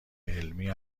علمی